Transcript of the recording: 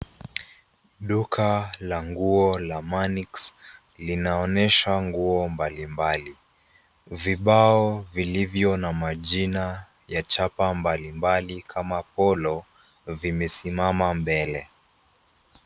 Duka la nguo la Manix, linaonyesha nguo mbalimbali. Vibao vilivyo na majina ya chapa mbalimbali kama polo, vimesimama mbele.